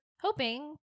hoping